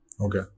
Okay